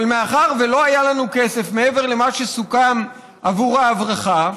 אבל מאחר שלא היה לנו כסף מעבר למה שסוכם עבור ההברחה,